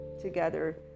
together